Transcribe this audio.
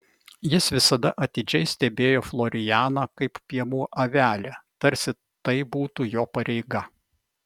jis visada atidžiai stebėjo florianą kaip piemuo avelę tarsi tai būtų jo pareiga